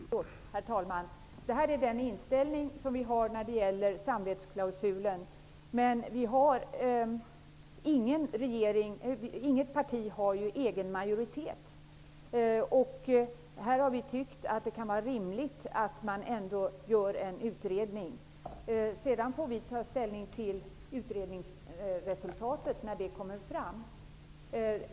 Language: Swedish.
Herr talman! Jag har redogjort för vår inställning när det gäller samvetsklausulen, men inget parti har ju egen majoritet. Vi har tyckt att det kan vara rimligt att man ändå gör en utredning. Sedan får vi ta ställning till utredningsresultatet.